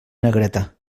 negreta